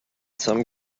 some